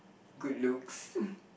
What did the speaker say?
good looks